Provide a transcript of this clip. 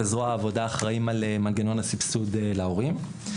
וזרוע העבודה אחראים על מנגנון הסבסוד להורים.